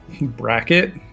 bracket